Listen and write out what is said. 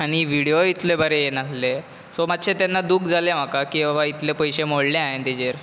आनी विडियो इतले बरें एय नासले सो मातशें तेन्ना दूख जालें म्हाका की बाबा इतले पयशे मोडले हांवें तेचेर मात